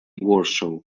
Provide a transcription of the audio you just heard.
warsaw